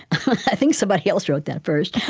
i think somebody else wrote that first.